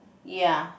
ya